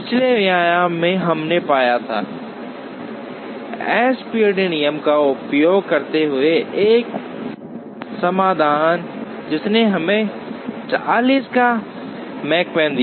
पिछले व्याख्यान में हमने पाया था एसपीटी नियम का उपयोग करते हुए एक समाधान जिसने हमें 40 का मेकपैन दिया